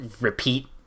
repeat